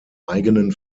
eigenen